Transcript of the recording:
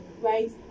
Right